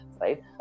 right